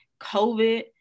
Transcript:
COVID